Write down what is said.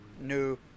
no